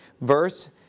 verse